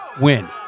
win